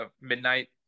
midnight